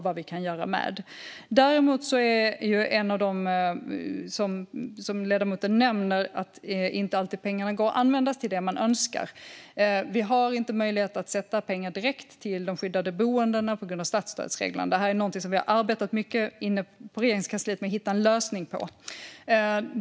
Ledamoten nämner att pengarna inte alltid kan användas till det man önskar. Vi har inte möjlighet att avsätta pengar direkt till de skyddade boendena på grund av statsstödsreglerna. Det är något som vi i Regeringskansliet har arbetat med mycket för att hitta en lösning.